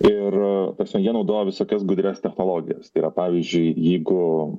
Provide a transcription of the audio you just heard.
ir ta prasme jie naudoja visokias gudrias technologijas yra pavyzdžiui jeigu